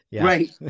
Right